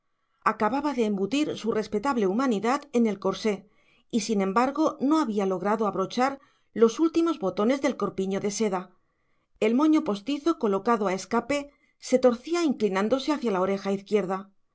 acababa de embutir su respetable humanidad en el corsé y sin embargo no había logrado abrochar los últimos botones del corpiño de seda el moño postizo colocado a escape se torcía inclinándose hacia la oreja izquierda